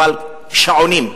אבל שעונים.